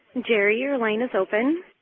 jerry, your line is open.